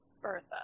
Bertha